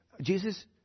Jesus